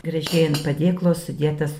gražiai ant padėklo sudėtas